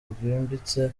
bwimbitse